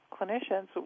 clinicians